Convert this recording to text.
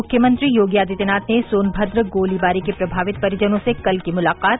मुख्यमंत्री योगी आदित्यनाथ ने सोनमद्र गोलीबारी के प्रभावित परिजनों से कल की मुलाकात